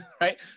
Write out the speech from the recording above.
right